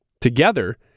Together